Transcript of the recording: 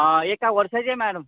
एका वर्षाची आहे मॅडम